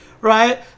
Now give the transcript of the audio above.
right